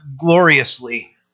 gloriously